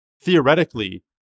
theoretically